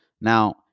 Now